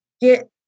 get